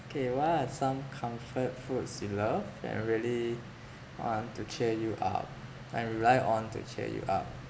K what are some comfort foods you love that can really want to cheer you up Iike you rely on to cheer you up